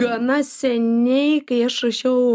gana seniai kai aš rašiau